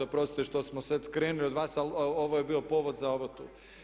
Oprostite što smo sad skrenuli od vas, ali ovo je bio povod za ovo tu.